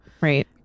right